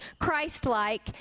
Christ-like